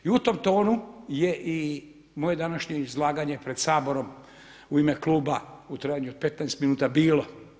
I u tom tonu je i moje današnje izlaganje pred Saborom u ime kluba u trajanju od 15 minuta bilo.